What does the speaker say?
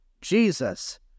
Jesus